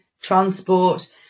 transport